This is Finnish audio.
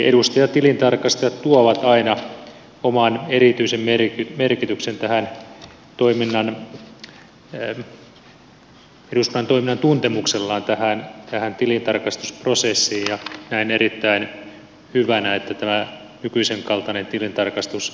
eli edustaja tilintarkastajat tuovat aina oman erityisen merkityksen eduskunnan toiminnan tuntemuksellaan tähän tilintarkastusprosessiin ja näen erittäin hyvänä että tämä nykyisen kaltainen tilintarkastusjärjestelmä toimisi